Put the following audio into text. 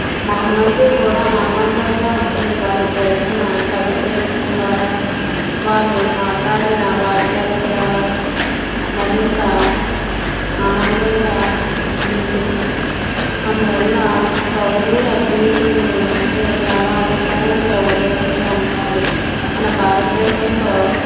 మనసు కూడా ఆనందంగా ఉంటుంది వారు చేసిన కవితలు ద్వారా వాళ్ళు మాట్లాడిన వాక్యాల ద్వారా మరింత ఆనందంగా ఉంటుంది అందువల్ల కవులు రచయితలు అంటే చాలా అభిప్రాయం గౌరవంతో ఉండాలి మన భారత దేశంలో